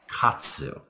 katsu